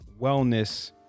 wellness